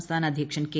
സംസ്ഥാന അധ്യക്ഷൻ കെ